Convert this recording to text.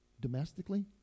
domestically